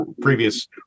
previous